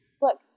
look